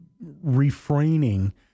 refraining